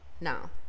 now